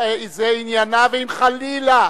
זה עניינה, ואם חלילה,